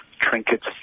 trinkets